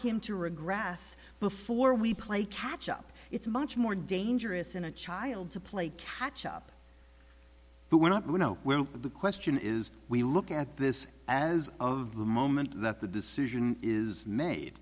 him to regress before we play catch up it's much more dangerous in a child to play catch up but we're not going oh well the question is we look at this as of the moment that the decision is made